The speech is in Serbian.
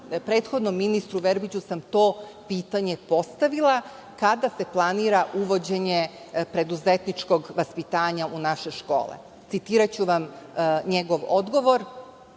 prethodnom ministru Verbiću sam to pitanje postavila – kada se planira uvođenje preduzetničkog vaspitanja u naše škole? Citiraću vam njegov odgovor: